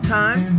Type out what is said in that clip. time